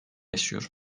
yaşıyor